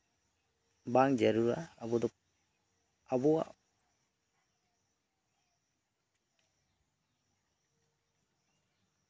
ᱵᱟᱝ ᱡᱟᱹᱨᱩᱲᱟ ᱟᱵᱚ ᱫᱚ ᱟᱵᱚᱣᱟᱜ